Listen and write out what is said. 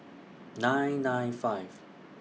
nine nine five